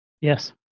Yes